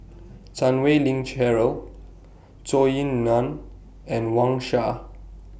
Chan Wei Ling Cheryl Zhou Ying NAN and Wang Sha